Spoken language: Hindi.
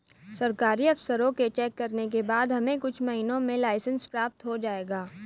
सरकारी अफसरों के चेक करने के बाद हमें कुछ महीनों में लाइसेंस प्राप्त हो जाएगा